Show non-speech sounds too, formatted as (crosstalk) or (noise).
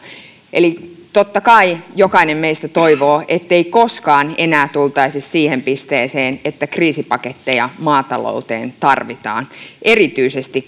eli totta kai jokainen meistä toivoo ettei koskaan enää tultaisi siihen pisteeseen että kriisipaketteja maatalouteen tarvitaan erityisesti (unintelligible)